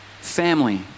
family